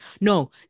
no